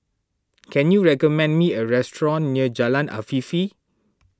can you recommend me a restaurant near Jalan Afifi